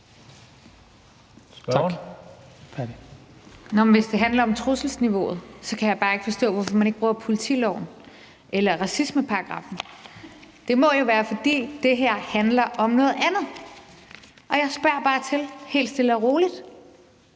Hvis det handler om trusselsniveauet, kan jeg bare ikke forstå, hvorfor man ikke bruger politiloven eller racismeparagraffen. Det må jo være, fordi det her handler om noget andet. Jeg spørger bare helt stille og roligt,